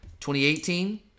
2018